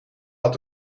had